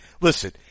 Listen